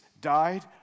died